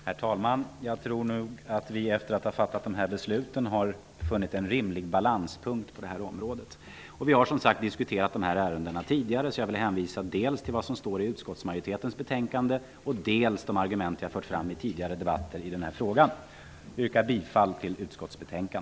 Herr talman! Jag tror att vi efter att ha fattat beslutet har funnit en rimlig balanspunkt på det här området. Vi har som sagt diskuterat dessa ärenden tidigare, så jag vill hänvisa dels till vad som står i utskottets betänkande, dels till de argument jag fört fram i tidigare debatter i denna fråga. Jag yrkar bifall till utskottets hemställan.